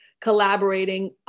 collaborating